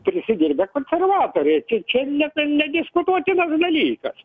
prisidirbę konservatoriai čia čia nieka nediskutuotinas dalykas